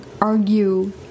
argue